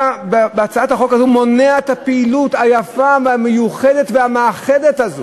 אתה בהצעת החוק הזאת מונע את הפעילות היפה והמיוחדת והמאחדת הזו,